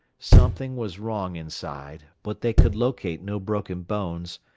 something was wrong inside, but they could locate no broken bones,